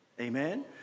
Amen